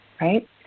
right